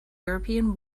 european